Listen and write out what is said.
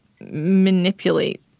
manipulate